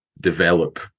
develop